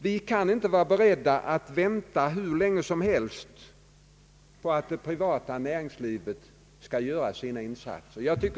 Vi kan inte vara beredda att vänta hur länge som helst på att det privata näringslivet skall göra sina insatser.